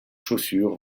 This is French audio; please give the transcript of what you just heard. chaussures